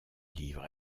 livre